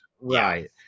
Right